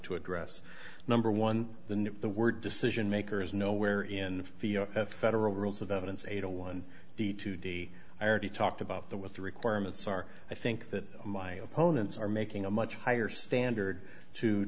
to address number one the new the word decision maker is nowhere in the federal rules of evidence eight a one b two d i already talked about the what the requirements are i think that my opponents are making a much higher standard to